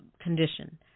condition